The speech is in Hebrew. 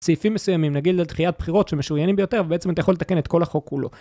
צעיפים מסוימים, נגיד לדחיית בחירות שמשוריינים ביותר, ובעצם אתה יכול לתקן את כל החוק כולו.